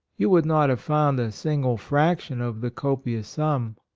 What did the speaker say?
you would not have found a single fraction of the copious sum.